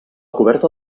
coberta